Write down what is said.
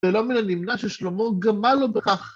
ולא מן הנמנע ששלמה גמל לו בכך.